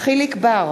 יחיאל